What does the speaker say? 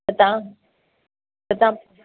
त तव्हां त तव्हां